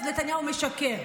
אז נתניהו משקר,